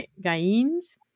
Gaines